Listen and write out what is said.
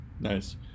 Nice